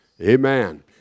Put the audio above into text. Amen